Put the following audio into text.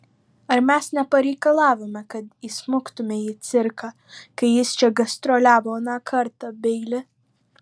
ar mes nepareikalavome kad įsmuktumei į cirką kai jis čia gastroliavo aną kartą beili